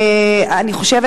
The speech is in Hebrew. אני חושבת,